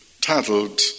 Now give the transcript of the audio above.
titled